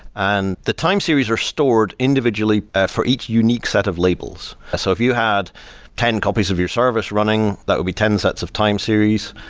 and the time series are stored individually for each unique set of labels. so if you had ten copies of your service running, that will be ten sets of time series.